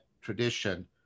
tradition